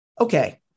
Okay